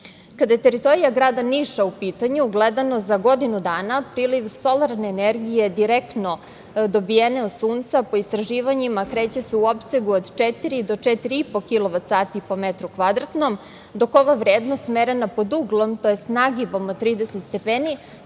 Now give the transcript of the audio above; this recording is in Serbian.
Kada je teritorija grada Niša u pitanju gledano za godinu dana priliv solarne energije direktno dobijene od sunca po istraživanjima kreće se u opsegu od četiri do četiri i po kilovat sati po metru kvadratnom, dok ova vrednost merena pod uglom tj. nagibom od 30% prelazi